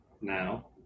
now